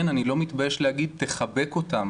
כן, אני לא מתבייש להגיד, תחבק אותם.